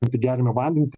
geriamą vandenį